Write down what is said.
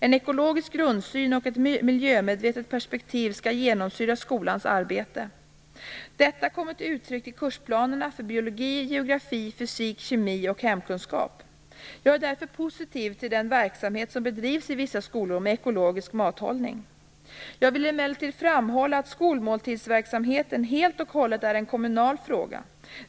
En ekologisk grundsyn och ett miljömedvetet perspektiv skall genomsyra skolans arbete. Detta kommer till uttryck i kursplanerna för biologi, geografi, fysik, kemi och hemkunskap. Jag är därför positiv till den verksamhet som bedrivs i vissa skolor med ekologisk mathållning. Jag vill emellertid framhålla att skolmåltidsverksamheten helt och hållet är en kommunal fråga.